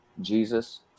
Jesus